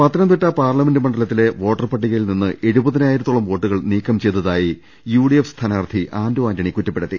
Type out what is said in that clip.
Pathanamthitta parliament മണ്ഡലത്തിലെ voter പട്ടികയിൽ നിന്നും എഴുപതിനായിരത്തോളം വോട്ടുകൾ നീക്കം ചെയ്തതായി യുഡിഎഫ് സ്ഥാനാർത്ഥി ആന്റോ ആൻണി കുറ്റപ്പെടുത്തി